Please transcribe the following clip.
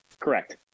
Correct